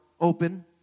open